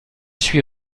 suis